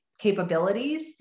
capabilities